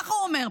ככה הוא אומר,